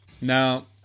Now